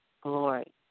glory